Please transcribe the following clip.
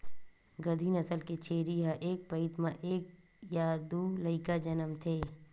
गद्दी नसल के छेरी ह एक पइत म एक य दू लइका जनमथे